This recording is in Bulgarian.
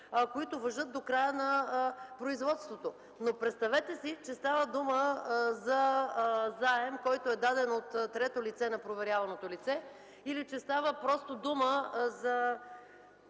които важат до края на производството. Представете си, че става дума за заем, който е даден от трето лице на проверяваното лице или че става просто дума за